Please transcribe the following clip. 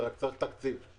רק צריך להם תקציב.